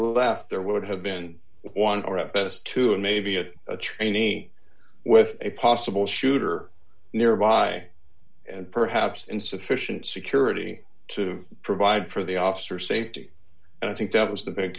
left there would have been one or at best two and maybe a trainee with a possible shooter nearby and perhaps insufficient security to provide for the officer safety and i think that was the big